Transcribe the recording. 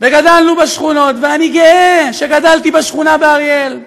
וגדלנו בשכונות, ואני גאה שגלתי בשכונה באריאל.